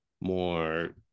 more